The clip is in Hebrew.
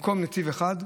במקום נתיב אחד,